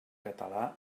català